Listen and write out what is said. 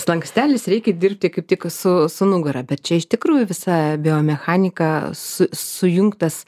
slankstelis reikia dirbti kaip tik su su nugara bet čia iš tikrųjų visa biomechanika su sujungtas